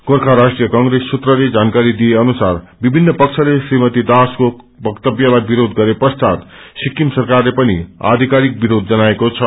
गोख्य राष्ट्रिय कंप्रेस सूत्रले जानकारी दिए अनुसार विभिन्न पक्षले श्रीमती दासको वक्तव्स्लाई विरोध गरे पश्चात सिकिम सरकारले पनि आधिकारिक विरोध जनाएको छ